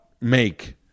make